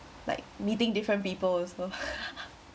like meeting different people also